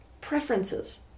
preferences